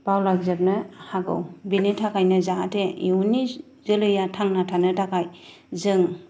बावलांजोबनो हागौ बेनि थाखायनो जाहाथे इयुननि जोलैया थांना थानो थाखाय जों